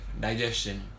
digestion